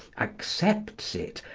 accepts it,